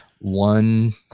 one